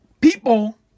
people